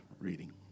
reading